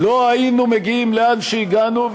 לא היינו מגיעים לאן שהגענו,